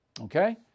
Okay